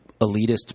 elitist